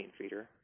feeder